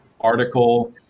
article